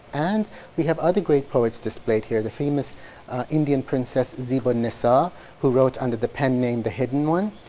and we have other great poets displayed here. the famous indian princess, zeb-un-nissa who wrote under the pen name, the hidden one,